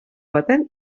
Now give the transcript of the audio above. baten